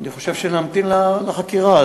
אני חושב שנמתין לסיום החקירה.